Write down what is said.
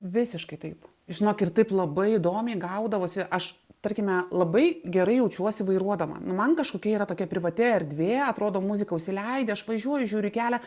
visiškai taip žinok ir taip labai įdomiai gaudavosi aš tarkime labai gerai jaučiuosi vairuodama nu man kažkokia yra tokia privati erdvė atrodo muzika užsileidi aš važiuoju žiūriu į kelią